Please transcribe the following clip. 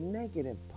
negative